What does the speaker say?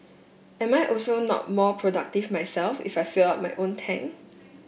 am I also not more productive myself if I filled up my own tank